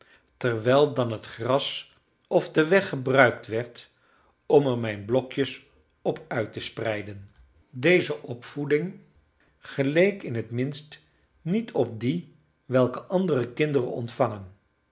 terwijl dan het gras of de weg gebruikt werd om er mijn blokjes op uit te spreiden deze opvoeding geleek in het minst niet op die welke andere kinderen ontvangen